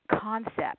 concept